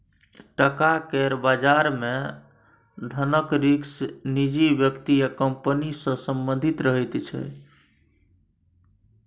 टका केर बजार मे धनक रिस्क निजी व्यक्ति या कंपनी सँ संबंधित रहैत छै